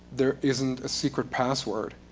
there isn't a secret password,